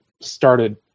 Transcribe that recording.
started